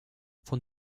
von